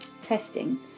Testing